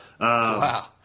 Wow